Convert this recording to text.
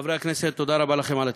חברי הכנסת, תודה רבה לכם על התמיכה.